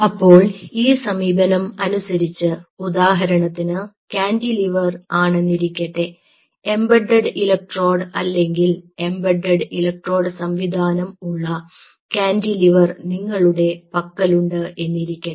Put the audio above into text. അപ്പോൾ ഈ സമീപനം അനുസരിച്ച് ഉദാഹരണത്തിന് കാന്റിലിവറിൽ ആണെന്നിരിക്കട്ടെ എംബഡഡ് ഇലക്ട്രോഡ് അല്ലെങ്കിൽ എംബഡഡ് ഇലക്ട്രോഡ് സംവിധാനം ഉള്ള കാന്റിലിവർ നിങ്ങളുടെ പക്കലുണ്ട് എന്നിരിക്കട്ടെ